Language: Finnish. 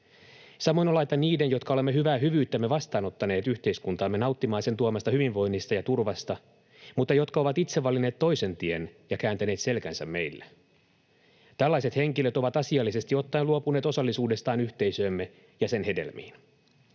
Samoin on laita niiden, jotka olemme hyvää hyvyyttämme vastaanottaneet yhteiskuntaamme nauttimaan sen tuomasta hyvinvoinnista ja turvasta mutta jotka ovat itse valinneet toisen tien ja kääntäneet selkänsä meille. Tällaiset henkilöt ovat asiallisesti ottaen luopuneet osallisuudestaan yhteisöömme ja sen hedelmiin.